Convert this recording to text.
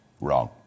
wrong